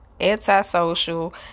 antisocial